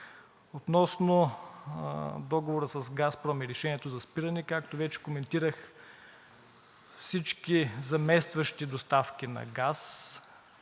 Относно договора с „Газпром“ и решението за спиране – както вече коментирах, всички заместващи доставки на газ